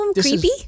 creepy